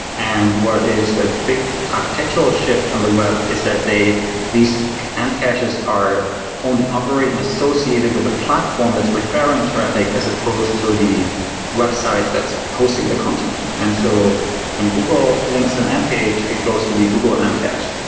and what is a big architectural shift on the web is that these amp caches are owned and operated and associated with the platform that's referring traffic as supposed to the website that's posting the content. so on google links and amp page, it goes with the google amp cache.